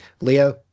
Leo